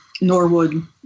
Norwood